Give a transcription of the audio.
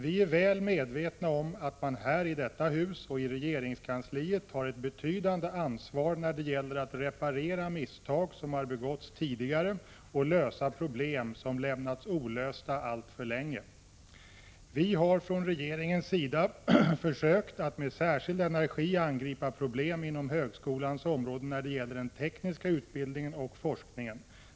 Vi är väl medvetna om att man här i detta hus och i regeringskansliet har ett betydande ansvar när det gäller att reparera ett misstag som har begåtts tidigare och lösa problem som lämnats olösta alltför länge. Vi har från regeringens sida försökt att med särskild energi angripa problem inom högskolans område när det gäller den tekniska utbildningen och forskningen.